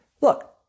look